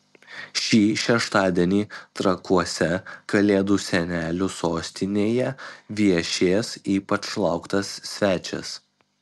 šį šeštadienį trakuose kalėdų senelių sostinėje viešės ypač lauktas svečias